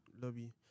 lobby